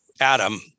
adam